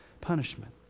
punishment